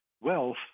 wealth